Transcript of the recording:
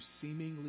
seemingly